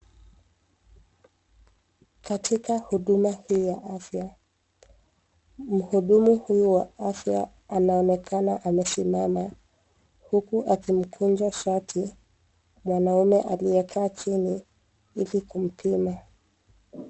Katika huduma hii ya afya, mhudumu huyu wa afya anaonekana amesimama huku akimkunja shati, mwanaume aliyekaa chini ili kumpima.